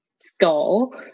skull